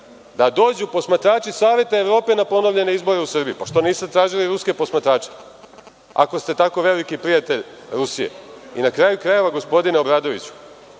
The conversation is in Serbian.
da dođu posmatrači Evrope na ponovljene izbore u Srbiji. Što niste tražili ruske posmatrače, ako ste tako veliki prijatelj Rusije? Na kraju krajeva, gospodine Obradoviću,